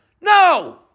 No